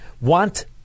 want